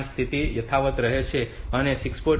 5 ની સ્થિતિ યથાવત રહે છે અને 6